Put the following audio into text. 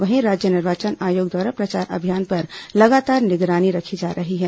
वहीं राज्य निर्वाचन आयोग द्वारा प्रचार अभियान पर लगातार निगरानी रखी जा रही है